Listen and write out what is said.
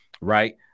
Right